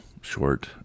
short